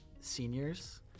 seniors